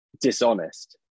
dishonest